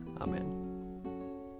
Amen